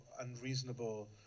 unreasonable